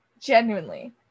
Genuinely